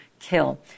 Kill